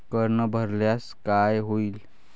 कर न भरल्यास काय होईल?